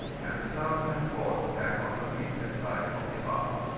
and the town and fort stand on the eastern side of the harbour.